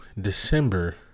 December